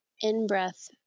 in-breath